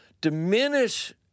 diminish